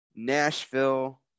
Nashville